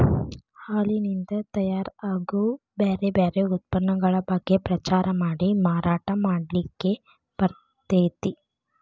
ಹಾಲಿನಿಂದ ತಯಾರ್ ಆಗೋ ಬ್ಯಾರ್ ಬ್ಯಾರೆ ಉತ್ಪನ್ನಗಳ ಬಗ್ಗೆ ಪ್ರಚಾರ ಮಾಡಿ ಮಾರಾಟ ಮಾಡ್ಲಿಕ್ಕೆ ಬರ್ತೇತಿ